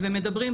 ומדברים,